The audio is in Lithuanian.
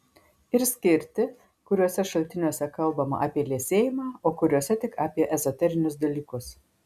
ir skirti kuriuose šaltiniuose kalbama apie liesėjimą o kuriuose tik apie ezoterinius dalykus